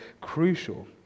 crucial